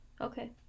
Okay